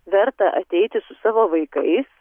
verta ateiti su savo vaikais